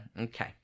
okay